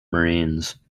marines